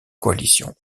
coalition